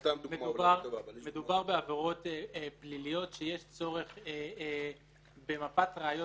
מדובר בעבירות פליליות שיש צורך במפת ראיות